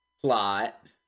plot